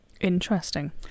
Interesting